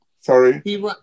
Sorry